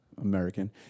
american